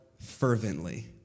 fervently